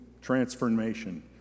transformation